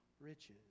riches